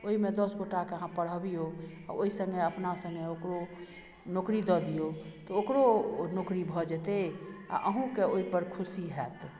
ओइमे दस गोटाके अहाँ पढ़बियो ओइ सङ्गे अपना सङ्गे ओकरो नौकरी दऽ दियौ तऽ ओकरो नौकरी भऽ जेतय आओर अहुँके ओइपर खुशी हैत